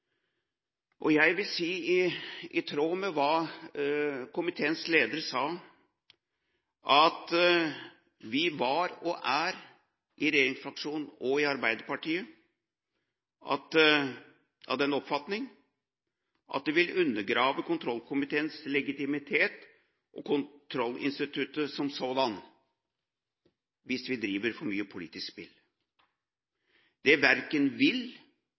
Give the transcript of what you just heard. Og jeg vil si, i tråd med det komiteens leder sa, at vi i regjeringsfraksjonen og i Arbeiderpartiet var, og er, av den oppfatning at det vil undergrave kontrollkomiteens legitimitet og kontrollinstituttet som sådan hvis vi driver for mye politisk spill. Det verken vil